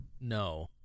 No